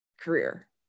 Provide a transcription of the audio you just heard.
career